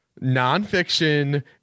nonfiction